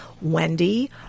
Wendy